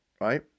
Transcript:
right